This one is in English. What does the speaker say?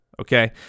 okay